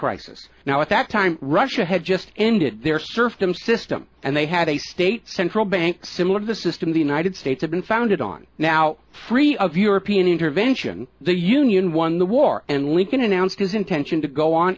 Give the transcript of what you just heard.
crisis now at that time russia had just ended their serfdom system and they had a state central bank similar to the system the united states have been founded on now free of european intervention the union won the war and lincoln announced his intention to go on